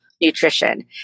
nutrition